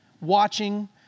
watching